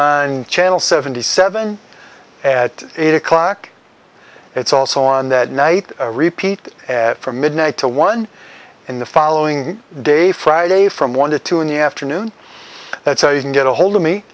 on channel seventy seven at eight o'clock it's also on that night repeat from midnight to one in the following day friday from one to two in the afternoon that's all you can get ahold of me